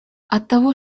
оттого